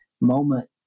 moment